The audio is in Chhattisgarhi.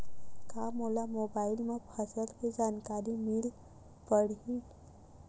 का मोला मोबाइल म फसल के जानकारी मिल पढ़ही?